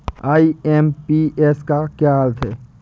IMPS का क्या अर्थ है?